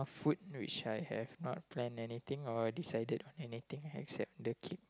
food which I have not planned anything or decided anything except the kid